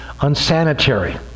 unsanitary